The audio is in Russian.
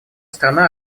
страна